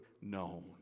known